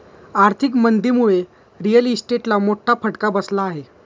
आर्थिक मंदीमुळे रिअल इस्टेटला मोठा फटका बसला आहे